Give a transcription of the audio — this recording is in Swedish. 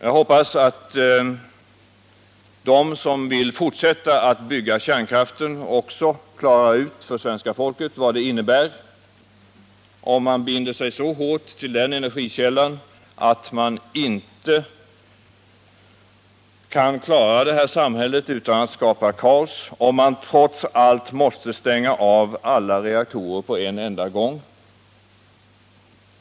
Jag hoppas att de som vill fortsätta att bygga ut kärnkraften också klarar ut för svenska folket vad det innebär, om man binder sig så hårt till den energikällan att man inte kan klara det här samhället utan att det blir kaos, om man skulle tvingas stänga av alla reaktorer på en enda gång.